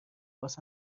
باز